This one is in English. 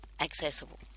accessible